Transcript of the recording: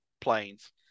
planes